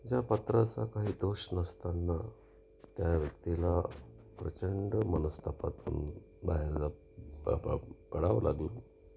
ज्या पात्राचा काही दोष नसतांना त्या व्यक्तीला प्रचंड मनस्तापातून बाहेर पडावं लागलं